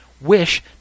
wish